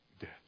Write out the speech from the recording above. death